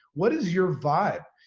what is your vibe?